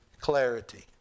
clarity